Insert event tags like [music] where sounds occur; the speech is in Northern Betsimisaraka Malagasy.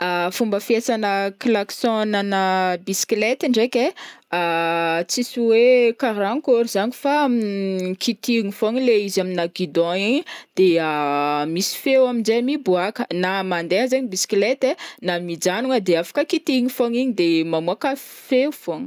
[hesitation] Fomba fiasana klaksaona ana biskleta ndraiky e [hesitation] tsisy hoe karankôry zany fa [hesitation] kitihiny fogna le izy aminà guidon igny de [hesitation] misy feo amin'jay miboaka na mandeha zegny biskleta AI na mijanona de afaka kitihiny fogna igny de mamoaka feo fogna.